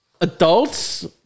Adults